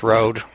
Road